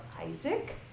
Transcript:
Isaac